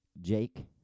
Jake